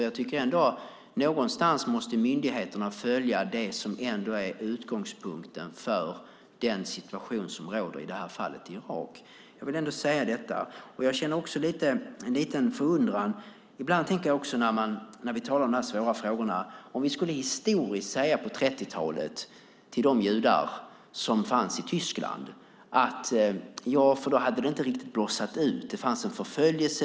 Jag tycker att myndigheterna måste ha utgångspunkten i den situation som råder, i det här fallet i Irak. Jag har också en liten undran. Vi talar om svåra frågor. Vi kan se det historiskt, vad vi skulle säga på 30-talet till de judar som fanns i Tyskland, för då hade det inte riktigt blossat upp, men det fanns en förföljelse.